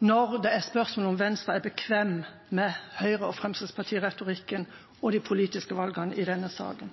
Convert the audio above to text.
når det er spørsmål om Venstre er bekvem med Høyre- og Fremskrittsparti-retorikken og de politiske valgene i denne saken.